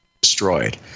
destroyed